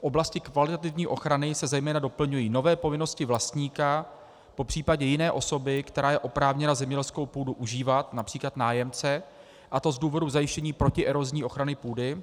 V oblasti kvalitativní ochrany se zejména doplňují nové povinnosti vlastníka, popřípadě jiné osoby, která je oprávněna zemědělskou půdu užívat, například nájemce, a to z důvodu zajištění protierozní ochrany půdy.